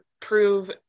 prove